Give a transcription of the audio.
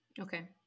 Okay